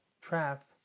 trap